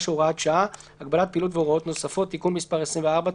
(הוראת שעה) (הגבלת פעילות והוראות נוספות)(תיקון מס' 24),